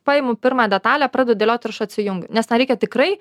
paimu pirmą detalę pradedu dėliot ir aš atsijungiau nes ten reikia tikrai